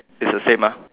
it's the same ah